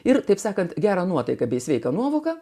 ir taip sakant gerą nuotaiką bei sveiką nuovoką